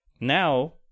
Now